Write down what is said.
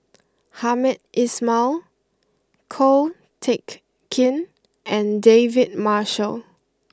Hamed Ismail Ko Teck Kin and David Marshall